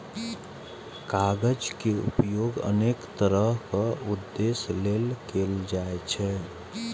कागज के उपयोग अनेक तरहक उद्देश्य लेल कैल जाइ छै